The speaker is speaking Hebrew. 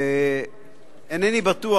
אינני בטוח,